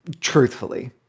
Truthfully